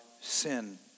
sin